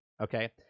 Okay